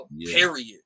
Period